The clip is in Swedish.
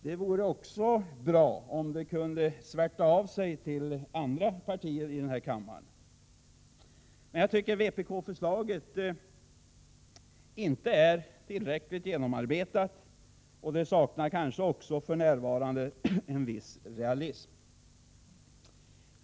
Det vore också bra om det kunde svärta av sig till andra partier i kammaren. Men jag tycker att vpk-förslaget inte är tillräckligt genomarbetat. Det saknar kanske också för närvarande en viss realism.